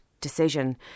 decision